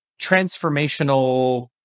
transformational